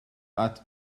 out